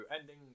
ending